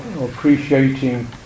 appreciating